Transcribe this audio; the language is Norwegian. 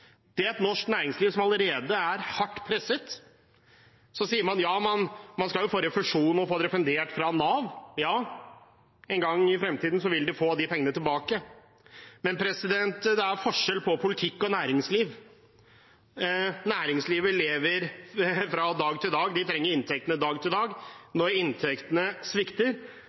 er et norsk næringsliv som allerede er hardt presset. Man sier at man skal få refusjon og få dette refundert fra Nav. Ja, en gang i fremtiden vil de få de pengene tilbake. Men det er forskjell på politikk og næringsliv. Næringslivet lever fra dag til dag – de trenger inntektene fra dag til dag. Når inntektene svikter